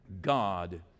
God